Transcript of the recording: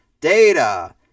data